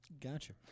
Gotcha